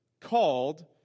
called